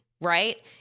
right